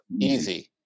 Easy